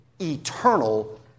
eternal